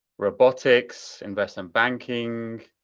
robotics, investment banking.